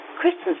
Christmas